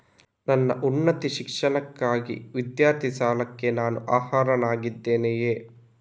ನನ್ನ ಉನ್ನತ ಶಿಕ್ಷಣಕ್ಕಾಗಿ ವಿದ್ಯಾರ್ಥಿ ಸಾಲಕ್ಕೆ ನಾನು ಅರ್ಹನಾಗಿದ್ದೇನೆಯೇ?